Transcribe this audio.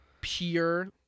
pure